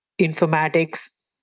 informatics